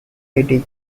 city